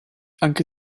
anche